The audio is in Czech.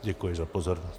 Děkuji za pozornost.